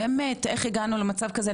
באמת איך הגענו למצב כזה,